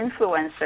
influencer